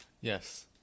Yes